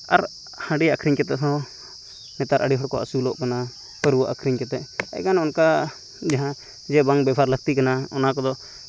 ᱟᱨ ᱦᱟᱸᱰᱤ ᱟᱹᱠᱷᱨᱤᱧ ᱠᱟᱛᱮᱫ ᱦᱚᱸ ᱱᱮᱛᱟᱨ ᱟᱹᱰᱤ ᱦᱚᱲᱠᱚ ᱟᱹᱥᱩᱞᱚᱜ ᱠᱟᱱᱟ ᱯᱟᱹᱨᱣᱟᱹ ᱟᱹᱠᱷᱨᱤᱧ ᱠᱟᱛᱮᱫ ᱮᱱᱠᱷᱟᱱ ᱚᱝᱠᱟ ᱡᱟᱦᱟᱸ ᱡᱮ ᱵᱟᱝ ᱵᱮᱵᱷᱟᱨ ᱞᱟᱹᱠᱛᱤ ᱠᱟᱱᱟ ᱚᱱᱟ ᱠᱚᱫᱚ